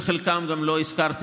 ואת חלקם גם לא הזכרתי,